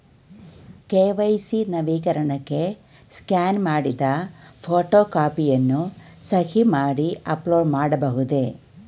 KYC ನವೀಕರಣಕ್ಕೆ scan ಮಾಡಿದ photo ಕಾಪಿಯನ್ನು ಸಹಿ ಮಾಡಿ ಅಪ್ಲೋಡ್ ಮಾಡಬಹುದೇ?